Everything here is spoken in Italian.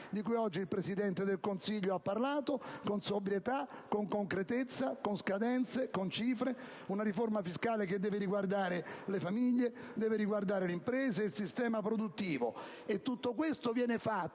di cui oggi il Presidente del Consiglio ha parlato con sobrietà, concretezza, scadenze e cifre. Una riforma fiscale che deve riguardare le famiglie, le imprese e il sistema produttivo. Tutto questo viene